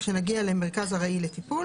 כשנגיע למרכז ארעי לטיפול